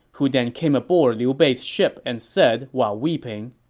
who then came aboard liu bei's ship and said while weeping,